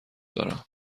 دارم